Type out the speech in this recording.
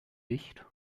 dicht